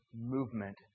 movement